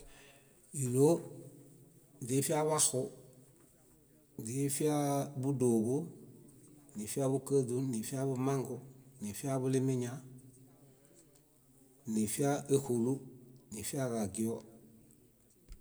Íloo, źifiaḃaxu, źifiaa búdoḃo, źifiaa búkaźu, nifiaḃumangu, nifiaḃulimiña, nifia éxolu, nifiaġagio.